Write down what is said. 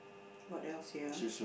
what else here ah